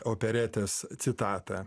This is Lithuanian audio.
operetės citatą